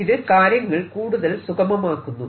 ഇത് കാര്യങ്ങൾ കൂടുതൽ സുഗമമാക്കുന്നു